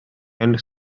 and